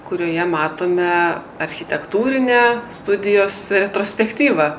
kurioje matome architektūrinę studijos retrospektyvą